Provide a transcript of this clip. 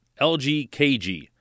LGKG